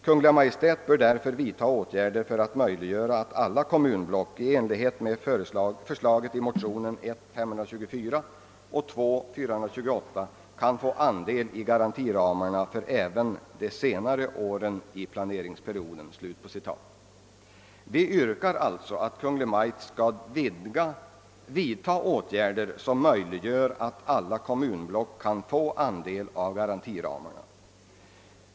Kungl. Maj:t bör därför vidta åtgärder för att möjliggöra att alla kommunblock i enlighet med förslaget i motionerna 1:524 och II:428 kan få andel i garantiramarna för även de senare åren i planeringsperioden.» Vi yrkar alltså att Kungl. Maj:t skall vidta åtgärder som möjliggör att alla kommunblock kan få andel i garantiramarna.